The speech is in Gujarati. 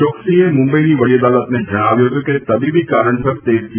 ચોક્સીએ મુંબઇની વડી અદાલતને જણાવ્યું હતું કે તબીબી કારણસર તે પી